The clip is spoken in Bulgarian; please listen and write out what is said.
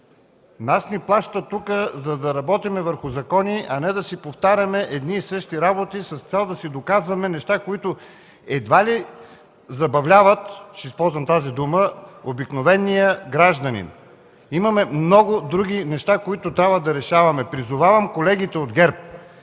нас ни плащат тук, за да работим върху закони, а не да си повтаряме едни и същи работи с цел да си доказваме неща, които едва ли забавляват, ще използвам тази дума, обикновения гражданин. Имаме много други неща, които трябва да решаваме. Призовавам колегите от ГЕРБ